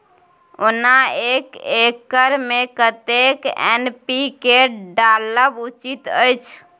ओना एक एकर मे कतेक एन.पी.के डालब उचित अछि?